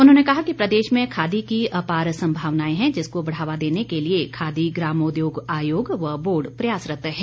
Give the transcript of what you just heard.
उन्होंने कहा कि प्रदेश में खादी की अपार संभावनाएं हैं जिसको बढ़ावा देने के लिए खादी ग्रामोद्योग आयोग व बोर्ड प्रयासरत है